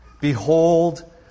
Behold